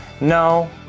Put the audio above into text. No